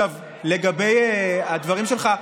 לגבי הדברים שלך,